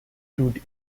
stood